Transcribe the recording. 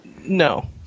no